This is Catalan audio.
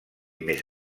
més